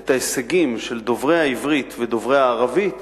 את ההישגים של דוברי העברית ודוברי הערבית,